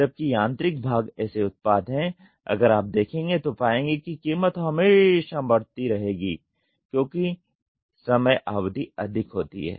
जबकि यांत्रिक भाग ऐसे उत्पाद हैं अगर आप देखेंगे तो पाएंगे कि कीमत हमेशा बढ़ती रहेगी क्योंकि समय अवधि अधिक होती है